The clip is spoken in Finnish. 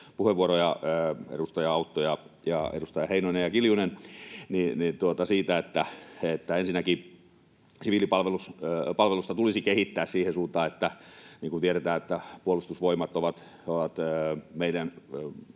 puheenvuoroja, kuten edustaja Autto, edustaja Heinonen ja edustaja Kiljunen: Ensinnäkin siviilipalvelusta tulisi kehittää siihen suuntaan, että — niin kuin tiedetään, Puolustusvoimat on meidän